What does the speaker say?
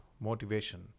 motivation